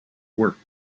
work